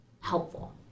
helpful